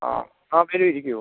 ആ ഓക്കെ ഇരിക്കൂ